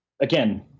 again